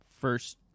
First